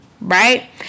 right